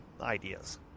ideas